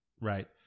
right